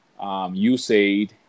USAID